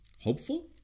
hopeful